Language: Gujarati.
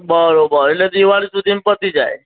બરાબર એટલે દિવાળી સુધીમાં પતી જાય